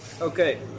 Okay